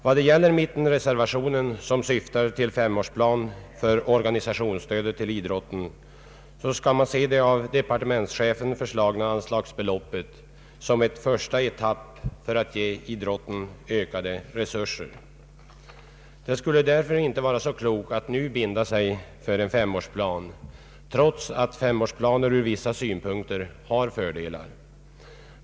Vad gäller mittenreservationen, som syftar till en femårsplan för organisationsstödet till idrotten, skall man se det av departementschefen föreslagna anslagsbeloppet som en första etapp för att ge idrotten ökade resurser. Det skulle därför inte vara så klokt att nu binda sig för en femårsplan, trots att femårsplaner ur vissa synpunkter har fördelar.